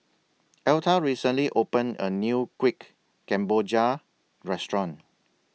Elta recently opened A New Kuih Kemboja Restaurant